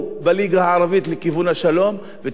ותראה איך ממשלת ישראל מסרבת שלום.